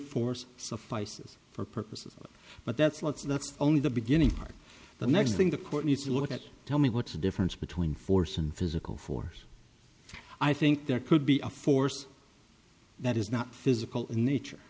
force suffices for purposes but that's not so that's only the beginning part the next thing the court needs to look at tell me what's the difference between force and physical force i think there could be a force that is not physical in nature